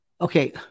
Okay